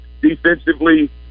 defensively